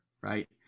right